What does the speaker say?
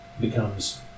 becomes